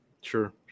Sure